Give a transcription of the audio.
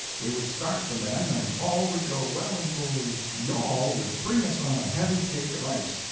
we would start the men, and all would go well until the yawl would bring us on a heavy cake of ice,